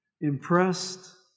impressed